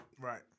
Right